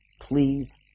please